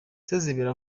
sezibera